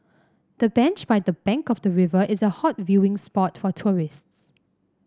the bench by the bank of the river is a hot viewing spot for tourists